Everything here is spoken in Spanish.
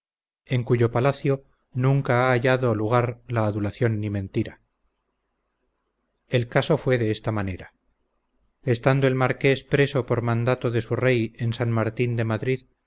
en cuyo palacio nunca ha hallado lugar la adulación ni mentira el caso fue de esta manera estando el marqués preso por mandado de su rey en san martín de madrid